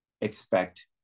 expect